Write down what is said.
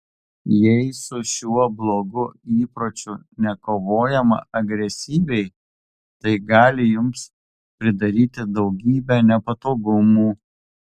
jei su šiuo blogu įpročiu nekovojama agresyviai tai gali jums pridaryti daugybę nepatogumų